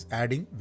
adding